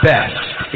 best